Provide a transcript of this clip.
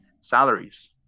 salaries